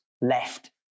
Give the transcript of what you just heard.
left